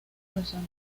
persona